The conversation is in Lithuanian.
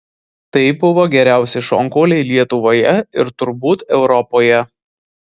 tai buvo geriausi šonkauliai lietuvoje ir turbūt europoje